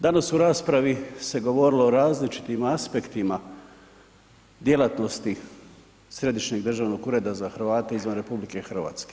Danas u raspravi se govorilo o različitim aspektima djelatnosti Središnjeg državnog ureda za Hrvate izvan RH.